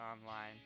Online